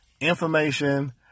information